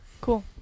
Cool